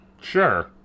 Sure